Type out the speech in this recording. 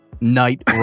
night